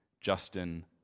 Justin